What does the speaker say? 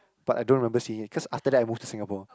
but I don't remember seeing it cause after that I move to Singapore